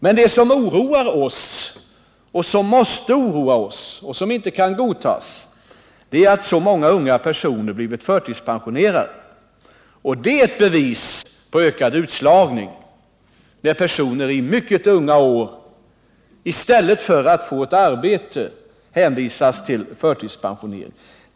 Men det som oroar oss, som måste oroa oss och som inte kan godtas, är att så många unga personer har blivit förtidspensionerade. Det är ett bevis på ökad utslagning, när personer i mycket unga år i stället för att få ett arbete hänvisas till förtidspensionering.